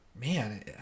man